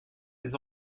les